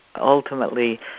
ultimately